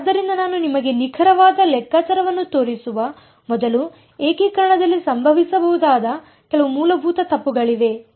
ಆದ್ದರಿಂದ ನಾನು ನಿಮಗೆ ನಿಖರವಾದ ಲೆಕ್ಕಾಚಾರವನ್ನು ತೋರಿಸುವ ಮೊದಲು ಏಕೀಕರಣದಲ್ಲಿ ಸಂಭವಿಸಬಹುದಾದ ಕೆಲವು ಮೂಲಭೂತ ತಪ್ಪುಗಳಿವೆ